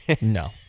No